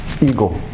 Ego